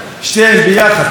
שניהם ביחד.